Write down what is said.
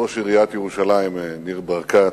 ראש עיריית ירושלים ניר ברקת,